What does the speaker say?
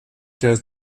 der